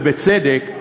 ובצדק,